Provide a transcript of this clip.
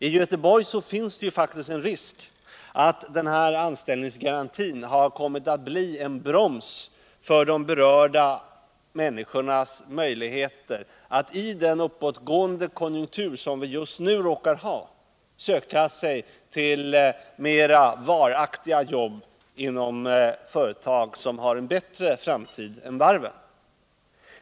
I Göteborg finns det faktiskt en risk för att den här anställningsgarantin kan komma att bli en broms för de berörda människornas möjligheter att i den uppåtgående konjunktur, som vi just nu råkar ha, söka sig till mera varaktiga jobbinom företag som har en bättre framtid än varven.